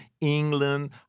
England